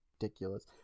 Ridiculous